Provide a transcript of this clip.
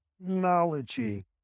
technology